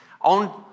On